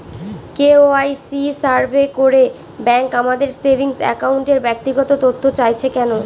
KYC survey করে bank আমাদের saving অ্যাকাউন্টের ব্যক্তিগত তথ্য চাইছে কেন?